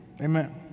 Amen